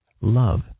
love